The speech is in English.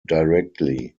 directly